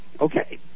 okay